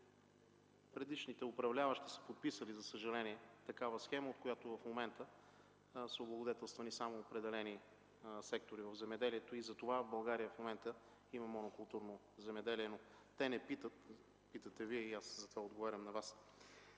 предишните управляващи са подписали, за съжаление, такава схема, от която в момента са облагодетелствани само определени сектори в земеделието и затова в България в момента има монокултурно земеделие, но те не питат, питате Вие и затова отговарям на Вас.